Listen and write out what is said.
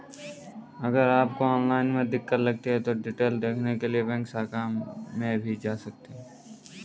अगर आपको ऑनलाइन में दिक्कत लगती है तो डिटेल देखने के लिए बैंक शाखा में भी जा सकते हैं